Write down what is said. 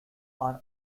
are